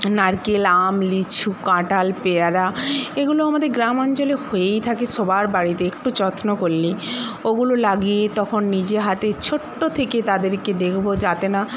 নারকেল আম লিচু কাঁঠাল পেঁয়ারা এগুলো আমাদের গ্রামাঞ্চলে হয়েই থাকে সবার বাড়িতে একটু যত্ন করলেই ওগুলো লাগিয়ে তখন নিজের হাতে ছোট্ট থেকে তাদেরকে দেখবো যাতে না